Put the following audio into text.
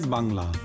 Bangla